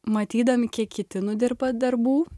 matydami kiek kiti nudirba darbų